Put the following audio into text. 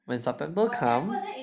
september come